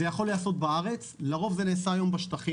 זה יכול להיעשות בארץ, לרוב זה נעשה היום בשטחים.